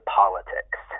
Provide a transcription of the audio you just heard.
politics